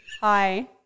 Hi